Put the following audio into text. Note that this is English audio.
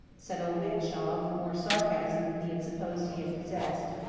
said old man shaw, with more sarcasm than he had supposed he had possessed,